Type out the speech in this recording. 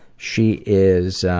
she is